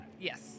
Yes